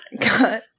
God